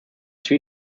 three